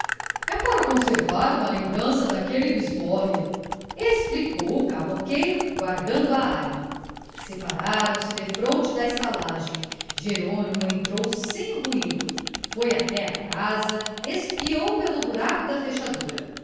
é para conservar uma lembrança daquele bisbórria explicou o cavouqueiro guardando a arma separaram-se defronte da estalagem jerônimo entrou sem ruído foi até à casa espiou pelo buraco da fechadura